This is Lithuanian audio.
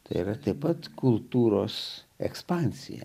tai yra taip pat kultūros ekspansija